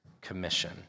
commission